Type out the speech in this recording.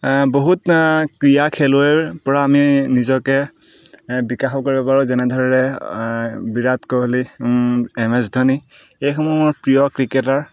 বহুত ক্ৰীড়া খেলুৱৈৰ পৰা আমি নিজকে বিকাশো কৰিব পাৰো যেনেদৰে বিৰাট কোহলি এম এছ ধোনি এইসমূহ মোৰ প্ৰিয় ক্ৰিকেটাৰ